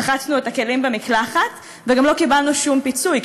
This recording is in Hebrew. רחצנו את הכלים במקלחת, וגם לא קיבלנו שום פיצוי.